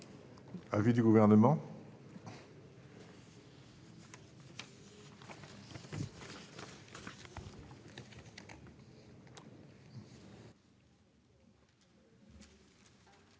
l'avis du Gouvernement ?